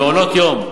מעונות-יום,